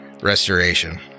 restoration